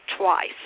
twice